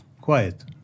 quiet